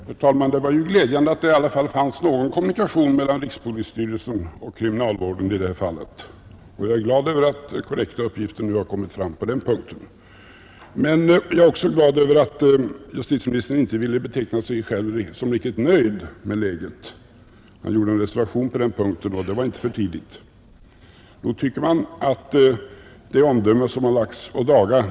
Herr talman! Det var glädjande att det i detta fall fanns någon kommunikation mellan rikspolisstyrelsen och kriminalvårdsstyrelsen. Jag är glad över att den korrekta uppgiften nu kommit fram på den punkten. Men jag är också glad över att justitieministern nu inte ville beteckna sig som riktigt nöjd med läget. Han gjorde en reservation på den punkten, och det var inte för tidigt.